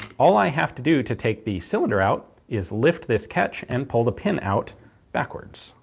all i have to do to take the cylinder out is lift this catch and pull the pin out backwards.